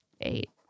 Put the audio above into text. eight